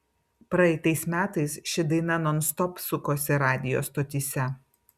praeitais metais ši daina nonstop sukosi radijo stotyse